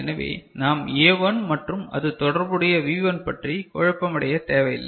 எனவே நாம் A1 மற்றும் அது தொடர்புடைய V1 பற்றி குழப்பமடையத் தேவையில்லை